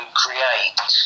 create